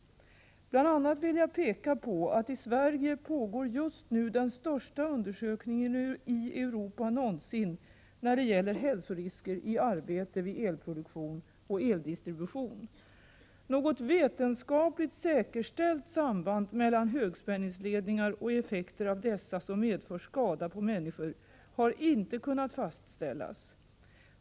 Bl. a. vill jag peka på att det i Sverige just nu pågår den största undersökningen i Europa någonsin när det gäller hälsorisker i arbete vid elproduktion och eldistribution. Något vetenskapligt säkerställt samband mellan högspänningsledningar och effekter av dessa som medför skada på människor har inte kunnat fastställas.